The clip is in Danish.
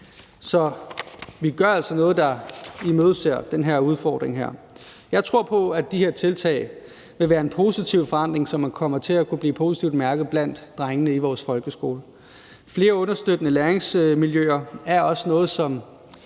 Så vi gør altså noget, der imødeser den her udfordring. Jeg tror på, at de her tiltag vil være en positiv forandring, som man kommer til at kunne mærke positivt blandt drengene ude i vores folkeskole. Flere understøttende læringsmiljøer er også noget, som